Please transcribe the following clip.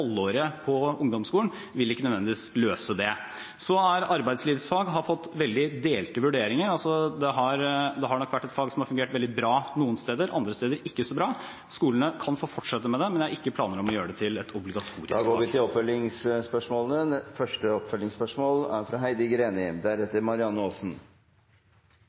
på ungdomsskolen vil ikke nødvendigvis løse det. Så har arbeidslivsfag fått veldig delte vurderinger. Det har nok vært et fag som har fungert veldig bra noen steder, andre steder ikke så bra. Skolene kan få fortsette med det, men jeg har ikke planer om å gjøre det til et obligatorisk fag. Heidi Greni – til